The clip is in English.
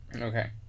Okay